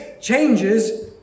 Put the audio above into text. changes